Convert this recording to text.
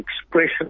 expression